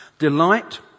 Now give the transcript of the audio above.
Delight